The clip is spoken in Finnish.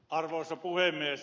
arvoisa puhemies